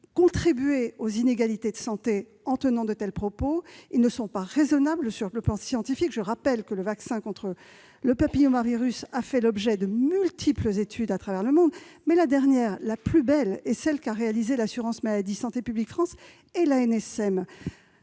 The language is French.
contribuez aux inégalités de santé en tenant de tels propos, qui ne sont pas raisonnables sur le plan scientifique. Je rappelle que le vaccin contre le papillomavirus a fait l'objet de multiples études à travers le monde. La dernière, la plus belle, est celle qu'a réalisée l'assurance maladie, Santé publique France et l'ANSM,